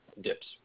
dips